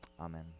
Amen